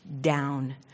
down